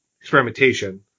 experimentation